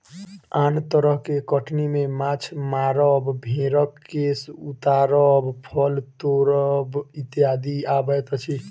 आन तरह के कटनी मे माछ मारब, भेंड़क केश उतारब, फल तोड़ब इत्यादि अबैत अछि